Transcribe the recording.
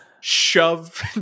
shove